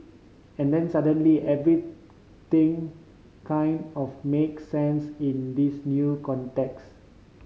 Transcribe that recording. and then suddenly everything kind of makes sense in this new context